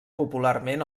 popularment